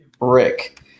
Rick